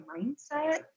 mindset